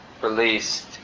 released